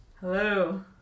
Hello